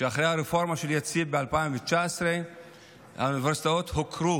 שאחרי הרפורמה של יציב ב-2019 האוניברסיטאות הוכרו